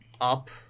up